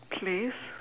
place